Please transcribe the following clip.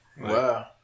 Wow